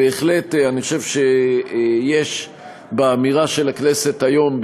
בהחלט, אני חושב שיש באמירה של הכנסת היום,